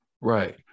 Right